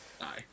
Aye